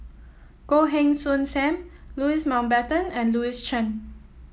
Goh Heng Soon Sam Louis Mountbatten and Louis Chen